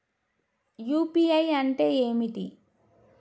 UPI అంటే ఏమిటీ?